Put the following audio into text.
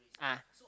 ah